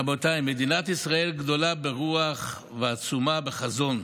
רבותיי, מדינת ישראל גדולה ברוח ועצומה בחזון,